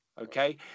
Okay